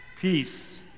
peace